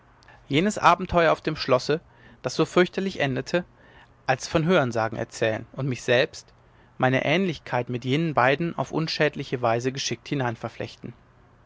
jenes abenteuer auf dem schlosse das so fürchterlich endete als von hörensagen erzählen und mich selbst meine ähnlichkeit mit jenen beiden auf unschädliche weise geschickt